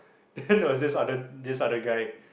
then there was this other this other guy